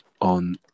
on